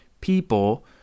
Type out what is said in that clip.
people